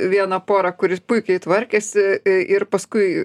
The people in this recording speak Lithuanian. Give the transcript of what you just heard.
vieną porą kuri puikiai tvarkėsi i ir paskui